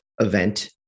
event